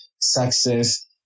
Success